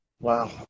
Wow